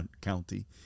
county